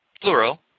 plural